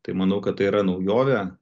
tai manau kad tai yra naujovė